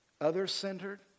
other-centered